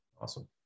Awesome